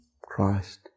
Christ